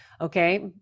okay